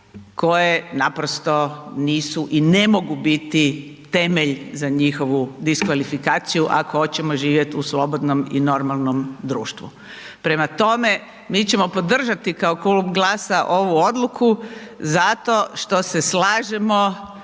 koje naprosto nisu i ne mogu biti temelj za njihovu diskvalifikaciju, ako hoćemo živjeti u slobodnom i normalnom društvu. Prema tome, mi ćemo podržati kao Klub GLAS-a ovu odluku zato što se slažemo